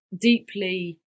deeply